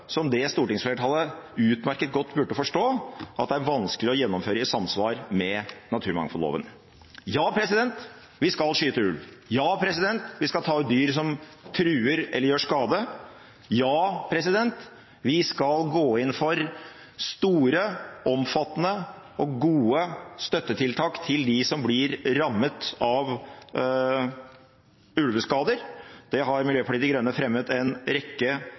som stortingsflertallet utmerket godt burde forstå at det er vanskelig å gjennomføre i samsvar med naturmangfoldloven. Ja – vi skal skyte ulv. Ja – vi skal ta ut dyr som truer eller gjør skade. Ja – vi skal gå inn for store, omfattende og gode støttetiltak for dem som blir rammet av ulveskader. Det har Miljøpartiet De Grønne fremmet en rekke